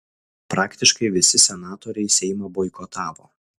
praktiškai visi senatoriai seimą boikotavo